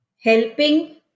helping